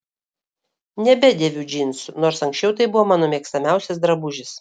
nebedėviu džinsų nors anksčiau tai buvo mano mėgstamiausias drabužis